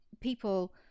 people